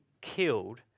killed